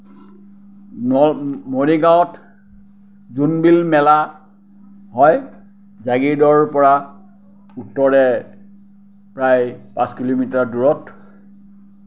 মৰিগাঁৱত জোনবিল মেলা হয় জাগীৰোডৰ পৰা উত্তৰে প্ৰায় পাঁচ কিলোমিটাৰ দূৰত